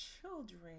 children